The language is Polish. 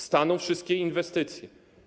Staną wszystkie inwestycje.